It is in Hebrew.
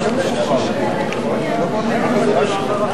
לשנת הכספים 2011, לא נתקבלה.